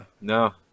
No